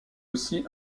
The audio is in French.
aussi